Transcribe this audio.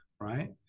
right